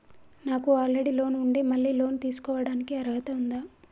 నాకు already loan ఉండి మళ్ళీ లోన్ తీసుకోవడానికి అర్హత ఉందా?